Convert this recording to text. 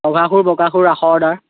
সুৰ বকাসুৰ ৰাসৰ অৰ্ডাৰ